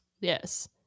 yes